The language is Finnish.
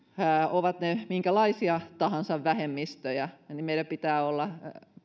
ovat ne minkälaisia vähemmistöjä tahansa meidän pitää olla